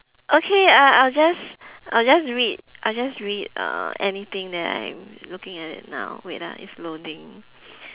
okay uh I'll just I'll just read I'll just read uh anything that I am looking at it now wait ah it's loading